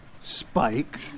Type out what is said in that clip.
Spike